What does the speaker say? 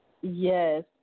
Yes